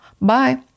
Bye